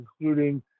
including